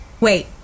Wait